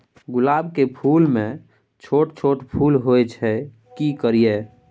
गुलाब के फूल में छोट छोट फूल होय छै की करियै?